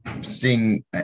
seeing